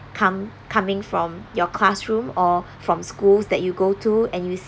come coming from your classroom or from schools that you go to and you